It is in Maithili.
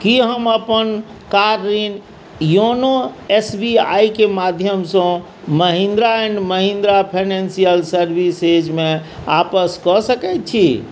की हम अपन कार ऋण योनो एस बी आइ के माध्यमसँ महिंद्रा एंड महिंद्रा फाइनेंशियल सर्विसेजमे वापस कऽ सकैत छी